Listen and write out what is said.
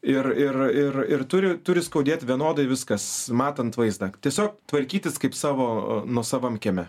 ir ir ir ir turi turi skaudėti vienodai viskas matant vaizdą tiesiog tvarkytis kaip savo nuosavam kieme